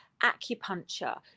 acupuncture